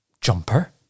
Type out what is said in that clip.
jumper